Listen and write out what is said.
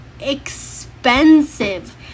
expensive